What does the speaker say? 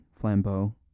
Flambeau